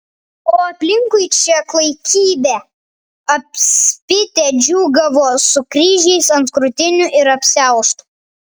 o aplinkui šią klaikybę apspitę džiūgavo su kryžiais ant krūtinių ir apsiaustų